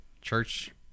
church